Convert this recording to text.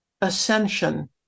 ascension